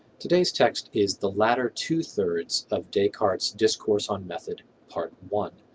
today's text is the latter two-thirds of descartes' discourse on method, part one.